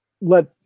let